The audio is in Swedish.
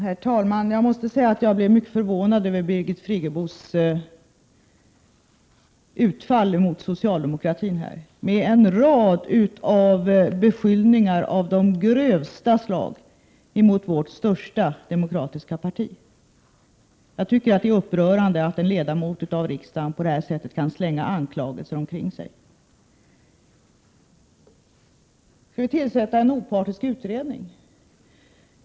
Herr talman! Jag måste säga att jag blev mycket förvånad över Birgit Friggebos utfall här mot socialdemokratin. Hon kom med en rad beskyllningar av grövsta slag mot vårt lands största demokratiska parti. Jag tycker att det är upprörande att en ledamot av riksdagen på det här sättet kan slänga anklagelser omkring sig. Så till detta med att tillsätta en opartisk utredning.